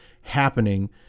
happening